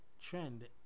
trend